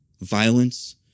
Violence